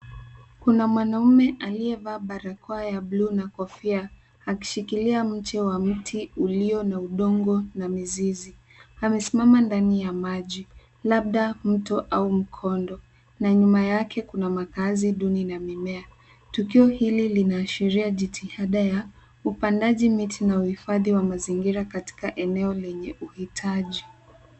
Kuna mwanaume aliyevaa barakoa ya bluu na kofia akishikilia mche wa mti ulio na udongo na mizizi. Amesimama ndani ya maji labda mto au mkondo na nyuma yake kuna makazi duni na mimea. Tukio hili linaashiria jitihada ya upandaji miti na uhifadhi wa mazingira katika eneo lenye uhitaji.